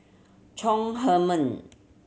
Chong Heman